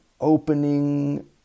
opening